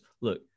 look